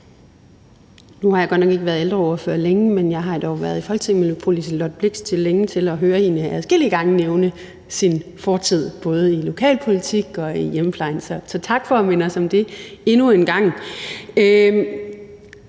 Nu har jeg godt nok ikke været ældreordfører længe, men jeg har dog været i Folketinget længe nok til at høre fru Liselott Blixt adskillige gange nævne sin fortid i både lokalpolitik og hjemmeplejen. Så tak for at minde os om det endnu en gang.